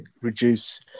reduce